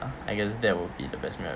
ah I guess that would be the best meal I've